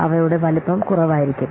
അവയുടെ വലുപ്പം കുറവായിരിക്കും